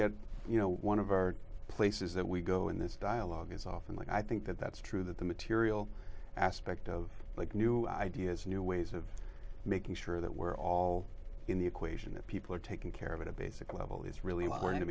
get you know one of our places that we go in this dialogue is often like i think that that's true that the material aspect of like new ideas new ways of making sure that we're all in the equation that people are taken care of at a basic level it's really important to